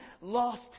lost